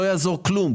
לא יעזור כלום,